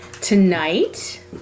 Tonight